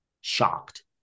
shocked